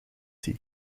tea